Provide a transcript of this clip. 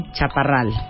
Chaparral